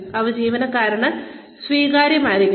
അവ ജീവനക്കാരന് സ്വീകാര്യമായിരിക്കണം